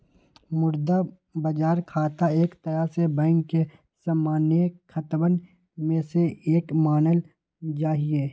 मुद्रा बाजार खाता एक तरह से बैंक के सामान्य खतवन में से एक मानल जाहई